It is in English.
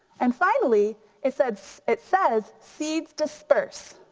and finally it says it says seeds disperse.